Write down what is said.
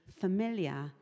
familiar